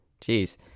jeez